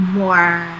more